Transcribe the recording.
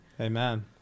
Amen